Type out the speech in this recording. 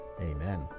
amen